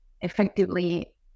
effectively